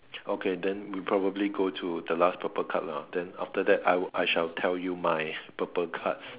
okay then we probably go to the last purple card lah then after that I I shall tell you my purple card